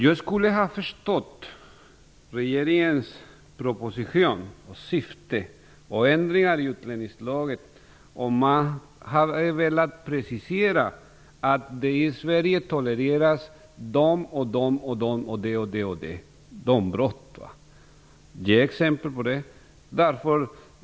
Jag skulle ha förstått regeringens syfte med propositionen och ändringarna i utlänningslagen om man hade preciserat de brott som tolereras i Sverige och gett exempel på det.